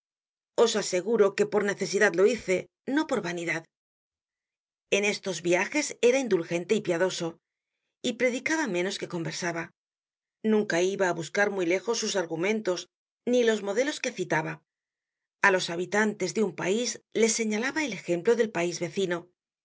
os aseguro que por necesidad lo hice no por vanidad content from google book search generated at en estos viajes era indulgente y piadoso y predicaba menos que conversaba nunca iba á buscar muy lejos sus argumentos ni los modelos que citaba a los habitantes de un pais les señalaba el ejemplo del pais vecino en